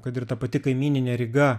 kad ir ta pati kaimyninė ryga